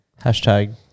Hashtag